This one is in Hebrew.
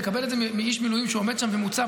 לקבל את זה מאיש מילואים שעומד שם ומוצב,